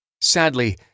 Sadly